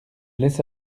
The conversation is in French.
laisse